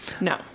no